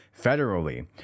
federally